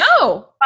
No